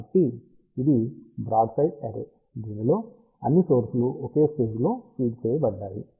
కాబట్టి ఇది broadside array దీనిలో అన్ని సోర్సులు ఒకే ఫేజ్లో లో ఫీడ్ చేయబడ్డాయి